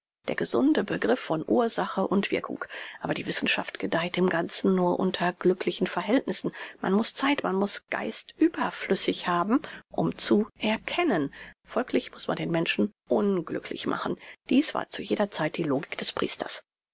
der gesunde begriff von ursache und wirkung aber die wissenschaft gedeiht im ganzen nur unter glücklichen verhältnissen man muß zeit man muß geist überflüssig haben um zu erkennen folglich muß man den menschen unglücklich machen dies war zu jeder zeit die logik des priesters